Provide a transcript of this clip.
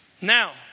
Now